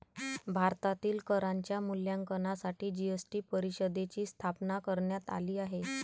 भारतातील करांच्या मूल्यांकनासाठी जी.एस.टी परिषदेची स्थापना करण्यात आली आहे